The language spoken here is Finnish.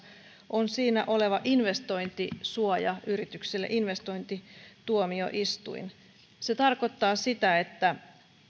on siinä oleva investointisuoja yrityksille investointituomioistuin se tarkoittaa sitä että